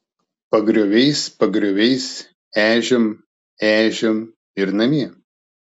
pagrioviais pagrioviais ežiom ežiom ir namie